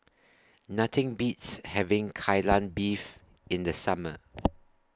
Nothing Beats having Kai Lan Beef in The Summer